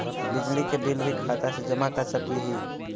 बिजली के बिल भी खाता से जमा कर सकली ही?